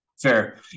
fair